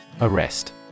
Arrest